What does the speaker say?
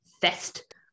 fest